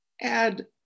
add